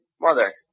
Mother